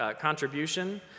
contribution